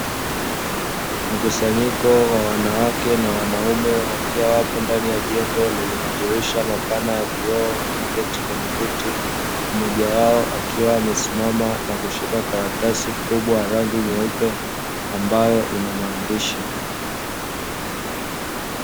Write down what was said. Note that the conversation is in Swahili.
Mkusanyiko wa wanawake na wanaume, wakiwa wapo ndani ya jengo lenye madirisha mapana ya vioo, wakiketi kwenye viti, mmoja wao akiwa amesimama na kushika karatasi kubwa ya rangi nyeupe ambayo ina maandishi.